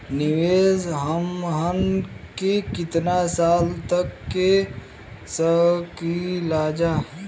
निवेश हमहन के कितना साल तक के सकीलाजा?